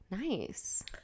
nice